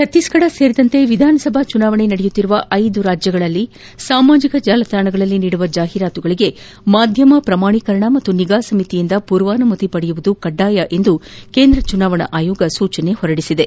ಛತ್ತೀಸ್ಗಢ ಸೇರಿದಂತೆ ವಿಧಾನಸಭಾ ಚುನಾವಣೆ ನಡೆಯುತ್ತಿರುವ ನ್ ರಾಜ್ಯಗಳಲ್ಲಿ ಸಾಮಾಜಿಕ ಜಾಲತಾಣಗಳಲ್ಲಿ ನೀಡುವ ಜಾಹಿರಾತುಗಳಿಗೆ ಮಾಧ್ಯಮ ಪ್ರಮಾಣೀಕರಣ ಮತ್ತು ನಿಗಾ ಸಮಿತಿಯ ಪೂರ್ವಾನುಮತಿ ಪಡೆಯುವುದು ಕಡ್ಡಾಯ ಎಂದು ಕೇಂದ್ರ ಚುನಾವಣಾ ಆಯೋಗ ಸೂಚಿಸಿದೆ